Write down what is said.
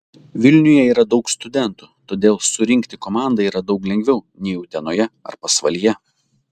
vilniuje yra daug studentų todėl surinkti komandą yra daug lengviau nei utenoje ar pasvalyje